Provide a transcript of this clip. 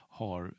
har